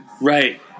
Right